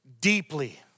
deeply